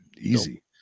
Easy